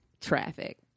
traffic